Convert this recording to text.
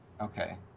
Okay